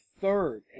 third